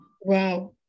Wow